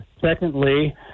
secondly